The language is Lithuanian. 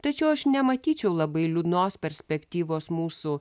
tačiau aš nematyčiau labai liūdnos perspektyvos mūsų